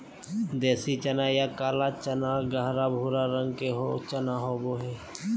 देसी चना या काला चना गहरा भूरा रंग के चना होबो हइ